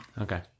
Okay